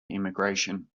immigration